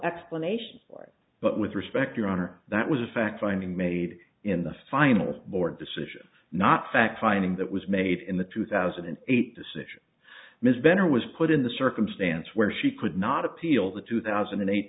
explanation for it but with respect your honor that was a fact finding made in the finals board's decision not fact finding that was made in the two thousand and eight decision ms bender was put in the circumstance where she could not appeal the two thousand and eight